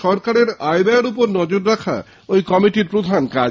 সরকারের আয় ব্যয়ের ওপর নজর রাখা ওই কমিটির প্রধান কাজ